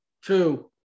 Two